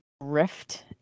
rift